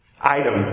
item